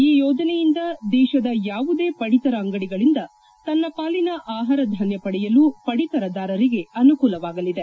ಈ ಯೋಜನೆಯಿಂದ ದೇಶದ ಯಾವುದೇ ಪಡಿತರ ಅಂಗಡಿಗಳಿಂದ ತನ್ನ ಪಾಲಿನ ಆಹಾರ ಧಾನ್ಯ ಪಡೆಯಲು ಪಡಿತರದಾರರಿಗೆ ಅನುಕೂಲವಾಗಲಿದೆ